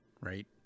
right